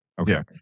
Okay